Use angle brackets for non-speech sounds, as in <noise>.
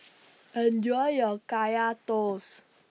<noise> Enjoy your Kaya Toast